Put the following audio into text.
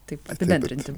taip apibendrinti